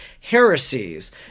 heresies